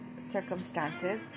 circumstances